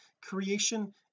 creation